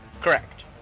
Correct